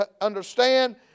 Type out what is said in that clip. understand